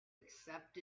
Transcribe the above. accept